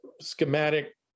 schematic